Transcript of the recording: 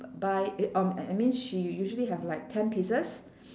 buy um I mean she usually have like ten pieces